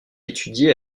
étudié